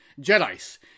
Jedi's